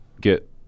get